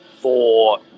four